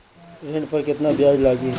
ऋण पर केतना ब्याज लगी?